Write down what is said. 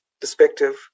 perspective